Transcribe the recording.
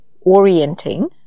orienting